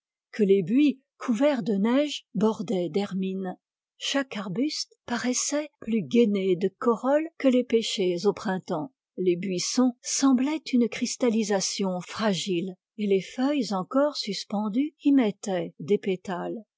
que les buis couverts de neige bordaient d'hermine chaque arbuste paraissait plus gainé de corolles que les pêchers au printemps les buissons semblaient une cristallisation fragile et les feuilles encore suspendues y mettaient des pétales